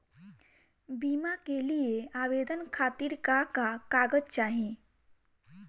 बीमा के लिए आवेदन खातिर का का कागज चाहि?